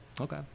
Okay